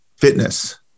fitness